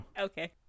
Okay